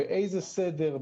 באיזה סדר,